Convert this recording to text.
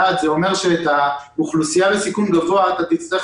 לאט זה אומר שאת האוכלוסייה בסיכון גבוה תצטרך